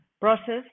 process